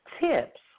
tips